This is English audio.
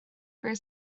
for